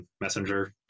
Messenger